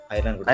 Ireland